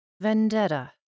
Vendetta